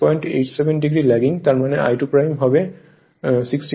এখানে 3687 degree lagging তার মানে I2 হবে 16 j 12 অ্যাম্পিয়ার